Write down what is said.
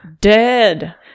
dead